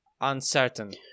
uncertain